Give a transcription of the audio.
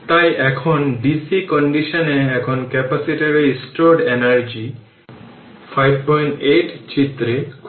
তাই এখন DC condition এ এখন ক্যাপাসিটরে স্টোরড এনার্জি 58 চিত্রে খুঁজুন